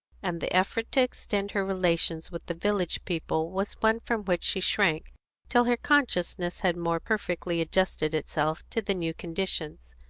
and the effort to extend her relations with the village people was one from which she shrank till her consciousness had more perfectly adjusted itself to the new conditions.